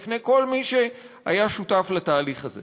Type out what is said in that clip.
הייתי מסיר את הכובע הזה בפני כל מי שהיה שותף לתהליך הזה.